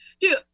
Dude